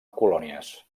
colònies